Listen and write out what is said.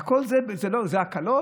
והכול זה, זה הקלות?